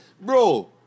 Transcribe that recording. bro